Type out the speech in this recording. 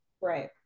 Right